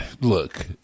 look